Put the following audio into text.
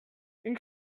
une